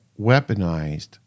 weaponized